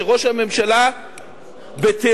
שראש הממשלה מוביל כעת,